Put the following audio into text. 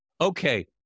okay